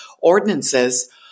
ordinances